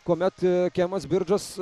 kuomet kemas birčas